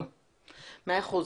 מאה אחוז.